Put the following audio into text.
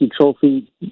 trophy